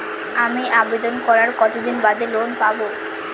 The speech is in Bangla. আমি আবেদন করার কতদিন বাদে লোন পাব?